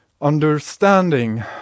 Understanding